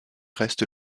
reste